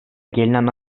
gelinen